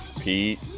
Pete